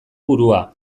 burua